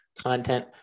content